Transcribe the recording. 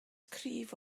cryf